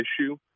issue